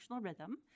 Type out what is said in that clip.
rhythm